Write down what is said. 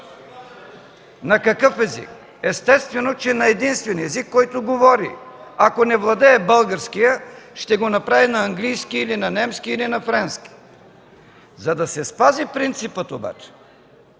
На какъв език? Естествено, че на единствения език, който говори. Ако не владее българския, ще го направи на английски или на немски, или на френски. За да се спази принципът обаче,